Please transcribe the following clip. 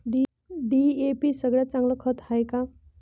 DAP सगळ्यात चांगलं खत हाये का?